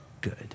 good